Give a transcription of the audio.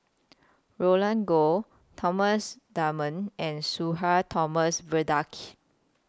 Roland Goh Thomas Dunman and Sudhir Thomas Vadaketh